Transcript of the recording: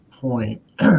point